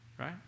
right